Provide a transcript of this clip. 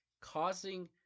causing